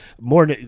more